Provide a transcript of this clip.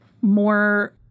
more